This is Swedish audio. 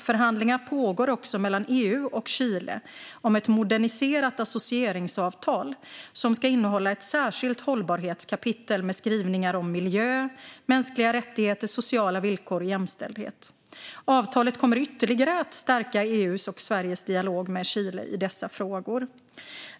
Förhandlingar pågår också mellan EU och Chile om ett moderniserat associeringsavtal som ska innehålla ett särskilt hållbarhetskapitel med skrivningar om miljö, mänskliga rättigheter, sociala villkor och jämställdhet. Avtalet kommer att ytterligare stärka EU:s och Sveriges dialog med Chile i dessa frågor.